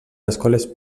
escoles